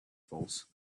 false